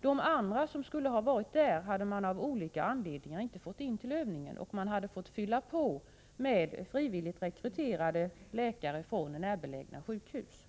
De andra som skulle ha varit där hade man av olika skäl inte fått in till övningen, och man hade fått fylla på med frivilligt rekryterade läkare från närbelägna sjukhus.